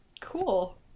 Cool